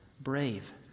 brave